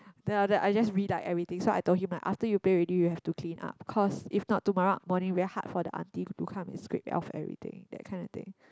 then after that I just re-light everything so I told him right after you play already you have to clean up cause if not tomorrow morning very hard for the auntie to come and scrape off everything that kinda thing